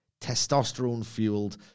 testosterone-fueled